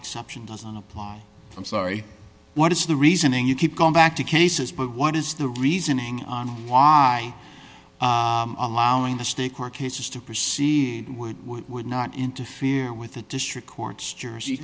exception doesn't apply i'm sorry what is the reasoning you keep going back to cases but what is the reasoning on why allowing the state court cases to proceed would would not interfere with the district court's jersey